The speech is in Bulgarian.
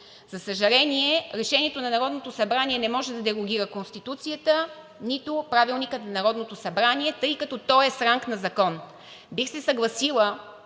За съжаление, решението на Народното събрание не може да дерогира Конституцията, нито Правилника на Народното събрание, тъй като то е с ранг на закон. Бих се съгласила,